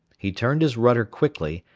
he turned his rudder quickly,